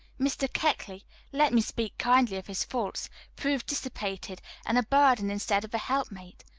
mr. keckley let me speak kindly of his faults proved dissipated, and a burden instead of a help-mate.